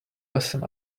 lesson